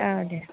औ दे